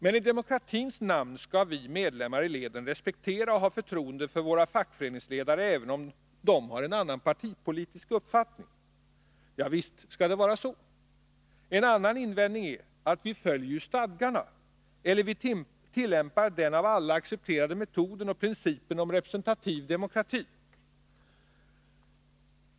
Men i demokratins namn skall vi medlemmar i leden respektera och ha förtroende för våra fackföreningsledare, även om dessa har en annan partipolitisk uppfattning. Ja, visst skall det vara så. En annan invändning är: Vi följer ju stadgarna. Eller: Vi tillämpar den av alla accepterade metoden och principen om representativ demokrati.